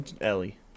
Ellie